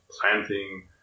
planting